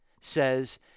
says